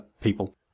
people